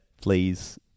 please